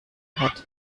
hat